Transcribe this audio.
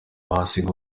bahasiga